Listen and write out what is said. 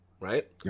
right